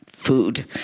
Food